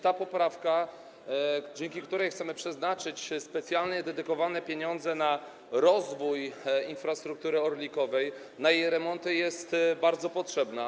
Ta poprawka, dzięki której chcemy przeznaczyć specjalnie dedykowane pieniądze na rozwój infrastruktury orlikowej, na jej remonty, jest bardzo potrzebna.